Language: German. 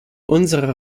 unserer